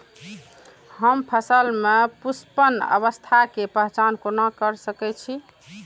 हम फसल में पुष्पन अवस्था के पहचान कोना कर सके छी?